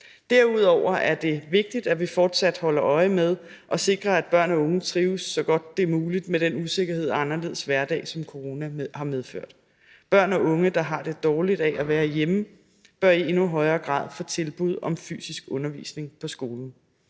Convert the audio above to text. Derudover er det vigtigt, at vi fortsat holder øje med og sikrer, at børn og unge trives så godt som muligt med den usikkerhed og anderledes hverdag, som corona har medført. Børn og unge, der har det dårligt med at være hjemme, bør i endnu højere grad få tilbud om fysisk undervisning på skolen,